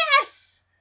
yes